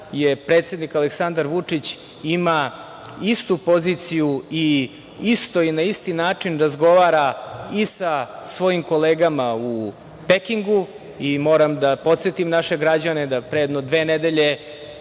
predsednik Aleksandar Vučić ima istu poziciju i na isti način razgovara i sa svojim kolegama u Pekingu. Moram da podsetim naše građane da je pre jedno dve nedelje